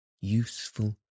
useful